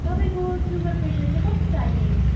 तपाईँको sugar pressure चाहिँ कस्तो छ अहिले